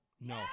No